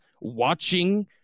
watching